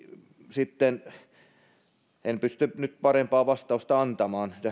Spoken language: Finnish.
en pysty nyt parempaa vastausta antamaan